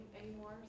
anymore